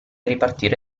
ripartire